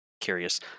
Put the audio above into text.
Curious